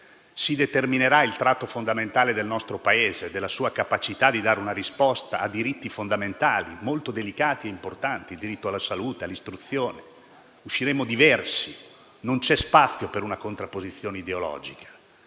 si determinerà il tratto fondamentale del nostro Paese, della sua capacità di dare una risposta a diritti fondamentali molto delicati e importanti (il diritto alla salute, all'istruzione); ne usciremo diversi. Non c'è spazio per una contrapposizione ideologica: